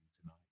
tonight